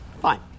Fine